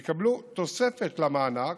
הם יקבלו תוספת למענק,